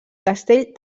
castell